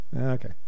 Okay